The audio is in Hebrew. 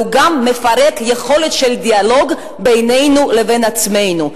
הוא גם מפרק יכולת של דיאלוג בינינו לבין עצמנו,